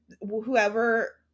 whoever